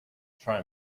try